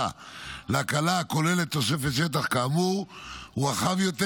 להקלה הכוללת תוספת שטח כאמור הוא רחב יותר,